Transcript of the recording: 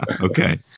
Okay